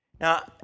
Now